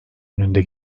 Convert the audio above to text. önünde